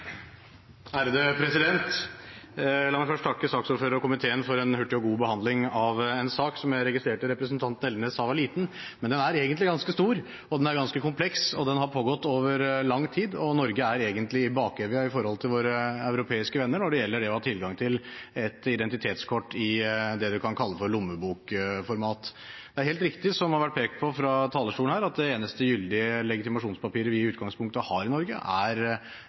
Så president og representanten Ropstad: En liten sak, men ikke desto mindre en viktig og god sak. La meg først takke saksordføreren og komiteen for en hurtig og god behandling av en sak som jeg registrerte representanten Elvenes sa var «liten». Men den er egentlig ganske stor, og den er ganske kompleks. Den har pågått over lang tid, og Norge er i bakevja i forhold til våre europeiske venner når det gjelder det å ha tilgang til ett identitetskort i det man kan kalle for lommebokformat. Det er helt riktig som det har vært pekt på fra talerstolen her, at det eneste gyldige legitimasjonspapiret vi i utgangspunktet har i